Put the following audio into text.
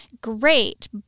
Great